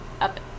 up